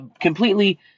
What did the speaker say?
completely